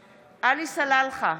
סלאלחה,